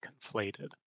conflated